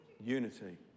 Unity